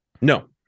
no